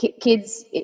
kids